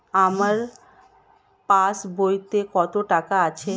আমার পাস বইতে কত টাকা আছে?